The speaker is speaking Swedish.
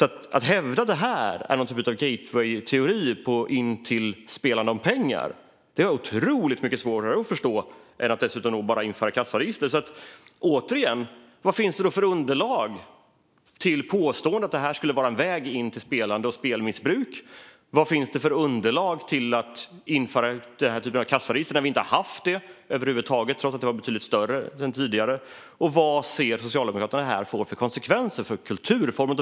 Att man hävdar att detta skulle vara något slags gateway till spelande om pengar har jag otroligt mycket svårare att förstå än att man bara inför kassaregister. Återigen: Vad finns det för underlag för påståendet att det här skulle vara en väg in i spelande och spelmissbruk? Vad finns det för underlag för förslaget att införa den här typen av kassaregister? Vi har ju inte haft det över huvud taget, trots att detta var betydligt större tidigare. Vad ser Socialdemokraterna att detta får för konsekvenser för den här kulturformen?